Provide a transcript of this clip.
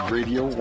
Radio